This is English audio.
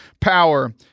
power